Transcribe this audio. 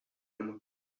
uma